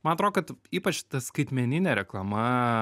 man atrodo kad ypač ta skaitmeninė reklama